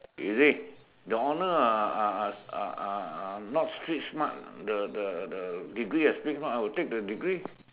is it the honor are are are are are are not straight smart the the the degree are straight smart I would take the degree